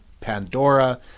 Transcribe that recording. Pandora